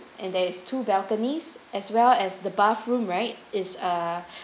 and there is two balconies as well as the bathroom right it's uh